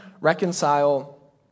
reconcile